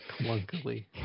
Clunkily